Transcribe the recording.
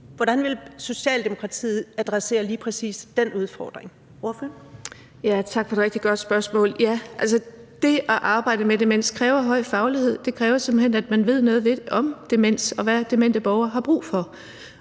Hvordan vil Socialdemokratiet adressere lige præcis den udfordring?